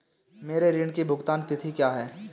मेरे ऋण की भुगतान तिथि क्या है?